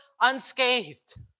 unscathed